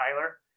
Tyler